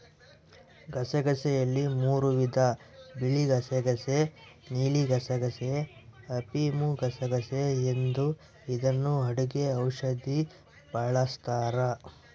ಗಸಗಸೆಯಲ್ಲಿ ಮೂರೂ ವಿಧ ಬಿಳಿಗಸಗಸೆ ನೀಲಿಗಸಗಸೆ, ಅಫಿಮುಗಸಗಸೆ ಎಂದು ಇದನ್ನು ಅಡುಗೆ ಔಷಧಿಗೆ ಬಳಸ್ತಾರ